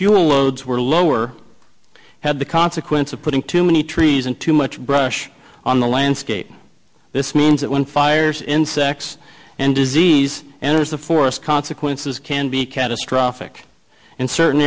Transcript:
fuel loads were low or had the consequence of putting too many trees and too much brush on the landscape this means that when fires insects and disease and there's the forest consequences can be catastrophic in certain